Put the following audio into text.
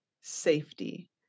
safety